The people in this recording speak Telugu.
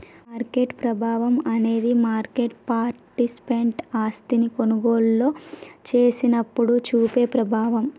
మార్కెట్ ప్రభావం అనేది మార్కెట్ పార్టిసిపెంట్ ఆస్తిని కొనుగోలు చేసినప్పుడు చూపే ప్రభావం